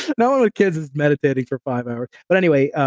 no one with kids is meditating for five hours but anyway,